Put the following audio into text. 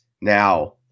Now